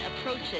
approaches